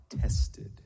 tested